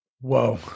Whoa